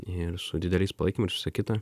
ir su dideliais palaikymais ir visa kita